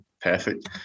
Perfect